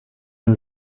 and